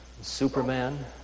Superman